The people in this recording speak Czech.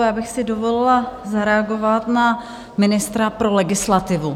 Já bych si dovolila zareagovat na ministra pro legislativu.